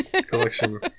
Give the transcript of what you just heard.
collection